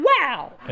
Wow